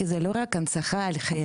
כי זה לא רק הנצחה לחיילים,